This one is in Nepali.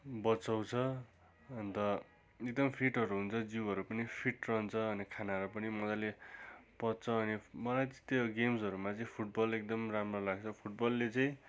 बचाउँछ अन्त एकदम फिटहरू हुन्छ जिउहरू पनि फिट रहन्छ अनि खानाहरू पनि मजाले पच्छ अनि मलाई चाहिँ त्यो गेम्सहरूमा चाहिँ फुटबल एकदम राम्रो लाग्छ फुटबलले चाहिँ